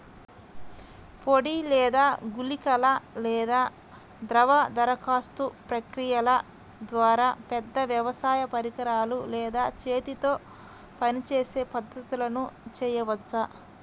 పొడి లేదా గుళికల లేదా ద్రవ దరఖాస్తు ప్రక్రియల ద్వారా, పెద్ద వ్యవసాయ పరికరాలు లేదా చేతితో పనిచేసే పద్ధతులను చేయవచ్చా?